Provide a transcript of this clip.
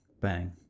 Bang